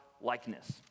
likeness